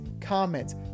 comments